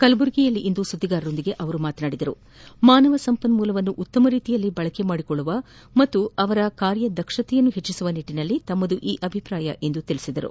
ಕಲಬುರಗಿಯಲ್ಲಿಂದು ಸುದ್ದಿಗಾರರೊಂದಿಗೆ ಮಾತನಾಡಿದ ಅವರು ಮಾನವ ಸಂಪನ್ಮೂಲವನ್ನೂ ಉತ್ತಮ ರೀತಿಯಲ್ಲಿ ಬಳಕೆ ಮಾಡಿಕೊಳ್ಳುವ ಹಾಗೂ ಅವರ ಕಾರ್ಯ ದಕ್ಷಕೆ ಹೆಚ್ಚಿಸುವ ನಿಟ್ಟಿನಲ್ಲಿ ತಮ್ಮದು ಈ ಅಭಿಪ್ರಾಯ ಎಂದು ಪೇಳಿದರು